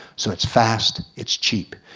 so it's fast, it's cheap,